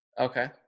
Okay